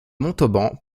montauban